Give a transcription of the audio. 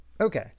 Okay